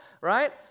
right